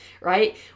right